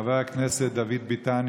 חבר הכנסת דוד ביטן,